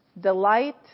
Delight